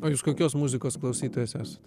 o jūs kokios muzikos klausytojas esat